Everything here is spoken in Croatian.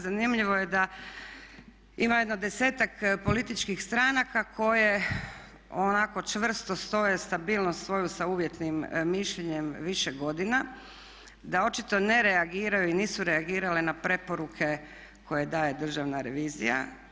Zanimljivo je da ima jedno 10-ak političkih stranaka koje onako čvrsto stoje i stabilnost svoju sa uvjetnim mišljenjem više godina, da očito ne reagiraju i nisu reagirale na preporuke koje daje Državna revizija.